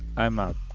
i'm out